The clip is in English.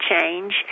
change